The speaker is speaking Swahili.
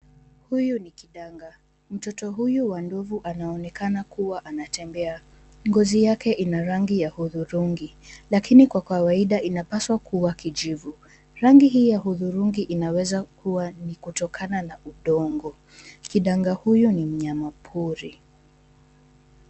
Huyu ni kidanga. Mtoto huyu wa ndovu anaonekana kuwa anatembea. Ngozi yake ina rangi ya hudhurungi lakini kwa kawaida inapaswa kuwa kijivu. Rangi hii ya hudhurungi inaweza kuwa ni kutokana na udongo. Kidanga huyo ni mnyama pori.